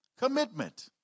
Commitment